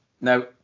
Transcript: Now